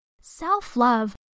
Self-love